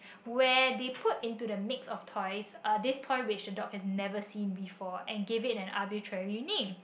where they put into the mix of toys uh this toy which the dog has never seen before and give it an arbitrary name